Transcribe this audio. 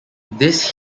this